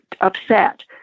upset